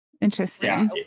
Interesting